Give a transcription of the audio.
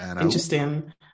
interesting